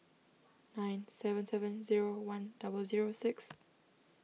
nine seven seven zero one double zero six